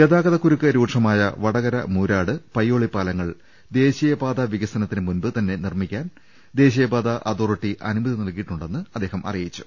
ഗതാഗത കുരുക്ക് രൂക്ഷമായ വടകര മൂരാട് പയ്യോളി പാലങ്ങൾ ദേശീയപാതാ വികസനത്തിന് മുൻപ് തന്നെ നിർമിക്കാൻ ദേശീയപാതാ അതോറിറ്റി അനുമതി നൽകിയിട്ടുണ്ടെന്നും അദ്ദേഹം അറിയിച്ചു